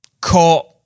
caught